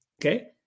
okay